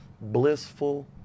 blissful